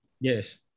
Yes